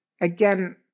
Again